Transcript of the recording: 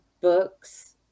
books